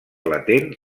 latent